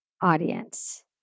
audience